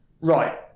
Right